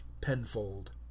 Penfold